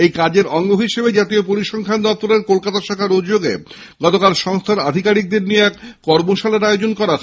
এই কাজের অঙ্গ হিসাবে জাতীয় পরিসংখ্যান দপ্তরের কলকাতা শাখার উদ্যোগে গতকাল সংস্থার আধিকারিকদের নিয়ে এক কর্মশালার আয়োজন করা হয়